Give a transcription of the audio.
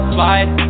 Slide